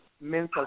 mental